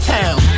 town